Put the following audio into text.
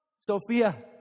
Sophia